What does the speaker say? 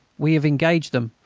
we have engaged them.